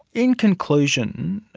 in conclusion,